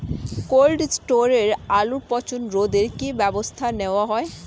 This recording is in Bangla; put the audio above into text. কোল্ড স্টোরে আলুর পচন রোধে কি ব্যবস্থা নেওয়া হয়?